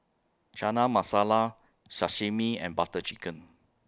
Chana Masala Sashimi and Butter Chicken